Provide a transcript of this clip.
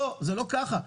לא, זה לא ככה.